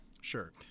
Sure